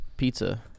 pizza